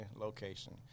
location